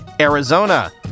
Arizona